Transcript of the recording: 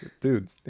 dude